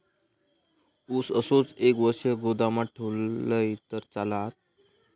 ऊस असोच एक वर्ष गोदामात ठेवलंय तर चालात?